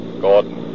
Gordon